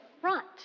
front